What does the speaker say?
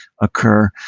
occur